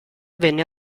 venne